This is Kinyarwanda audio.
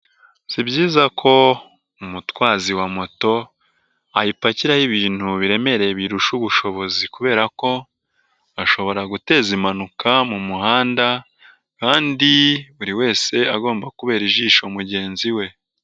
Si byiza ko umutwazi wa moto ayipakiraho ibintu biremereye biyirusha ubushobozi kubera ko ashobora guteza impanuka mu muhanda, kandi buri wese agomba kubera ijisho mugenzi we.